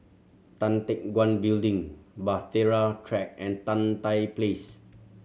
Tan Teck Guan Building Bahtera Track and Tan Tye Place